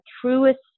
truest